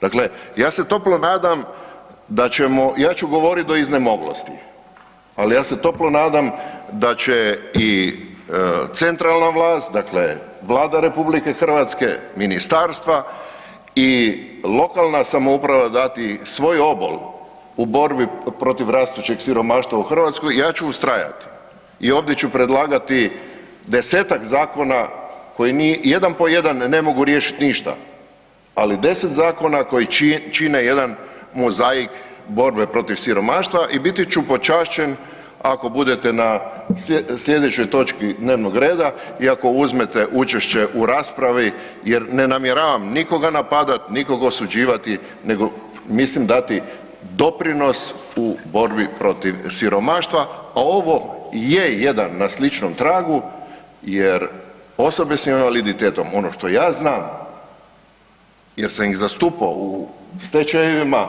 Dakle, ja se toplo nadam da ćemo, ja ću govoriti do iznemoglosti, ali ja se toplo nadam da će i centralna vlast, dakle Vlada RH, ministarstva i lokalna samouprava dati svoj obol u borbi protiv rastućeg siromaštva u Hrvatskoj, ja ću ustrajati i ovdje ću predlagati desetak zakona koji mi, jedan po jedan ne mogu riješiti ništa, ali 10 zakona koji čine jedan mozaik borbe protiv siromaštva i biti ću počašćen ako budete na sljedećoj točki dnevnog reda i ako uzmete učešće u raspravi jer ne namjeravam nikoga napadati, nikoga osuđivati nego mislim dati doprinos u borbi protiv siromaštva, a ovo je jedan, na sličnom tragu jer osobe s invaliditetom ono što ja znam, jer sam ih zastupao u stečajevima,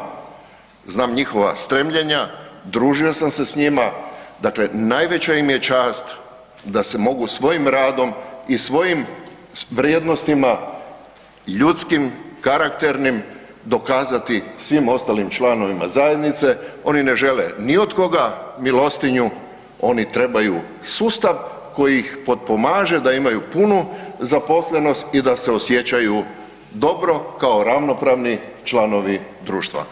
znam njihova stremljenja, družio sam se s njima, dakle najveća im je čast da se mogu svojim radom i svojim vrijednostima ljudskim, karakternim dokazati svim ostalim članovima zajednice, oni ne žele li od koga milostinju, oni trebaju sustav koji ih potpomaže da imaju punu zaposlenost i da se osjećaju dobro kao ravnopravni članovi društva.